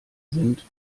sind